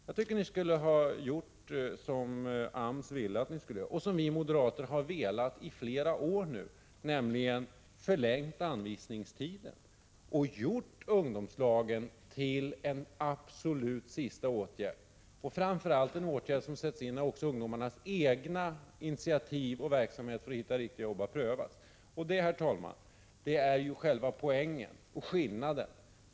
Jag tycker att ni skulle ha gjort som AMS ville att ni skulle göra och som vi moderater har velat i flera år, nämligen förlängt anvisningstiden och gjort ungdomslagen till en absolut sista åtgärd, framför allt en åtgärd som sätts in när också ungdomarnas egna initiativ och verksamheter för att hitta riktiga jobb har prövats. Det, herr talman, är själva poängen och skillnaden mellan oss.